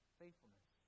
faithfulness